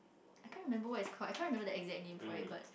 I can't remember what it's called I can't remember the exact name for it but